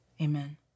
amen